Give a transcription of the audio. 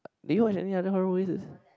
do you watch any other horror movies